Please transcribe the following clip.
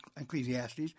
Ecclesiastes